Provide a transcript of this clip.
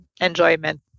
enjoyment